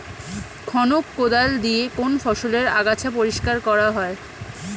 খনক কোদাল দিয়ে কোন ফসলের আগাছা পরিষ্কার করা হয়?